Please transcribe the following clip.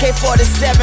AK-47